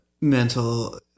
mental